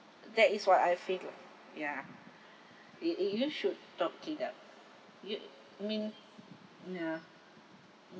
that is what I think lah ya it it you should talk it out you mean ya